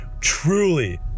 truly